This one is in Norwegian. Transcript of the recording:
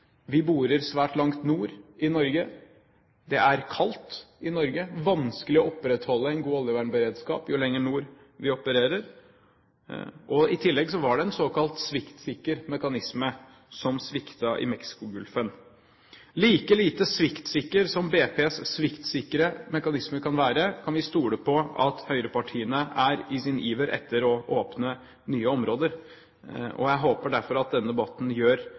vi borer svært langt nord i Norge, det er kaldt i Norge og vanskeligere å opprettholde en god oljevernberedskap jo lenger nord vi opererer. I tillegg var det en såkalt sviktsikker mekanisme som sviktet i Mexicogolfen. Like lite sviktsikker som BPs sviktsikre mekanismer kan være, kan vi stole på at høyrepartiene er i sin iver etter å åpne nye områder. Jeg håper derfor at denne debatten gjør